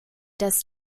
das